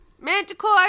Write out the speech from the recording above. Manticore